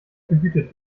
behütet